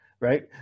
right